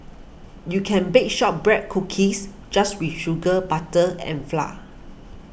you can bake Shortbread Cookies just with sugar butter and flour